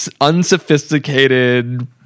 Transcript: unsophisticated